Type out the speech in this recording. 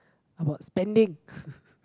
how about spending